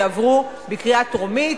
יעברו בקריאה טרומית,